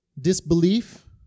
Disbelief